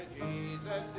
Jesus